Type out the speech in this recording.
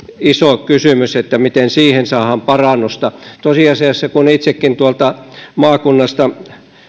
iso kysymys eli se miten siihen saadaan parannusta tosiasiassa kun itsekin tuolta maakunnasta